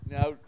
Now